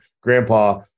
grandpa